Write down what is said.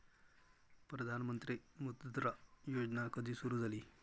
प्रधानमंत्री मुद्रा योजना कधी सुरू झाली?